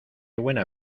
buena